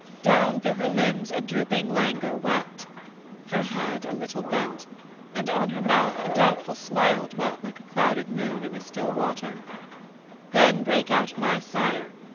down through her limbs a drooping languor wept her head a little bent and on her mouth a doubtful smile dwelt like a clouded moon in a still water then brake out my sire,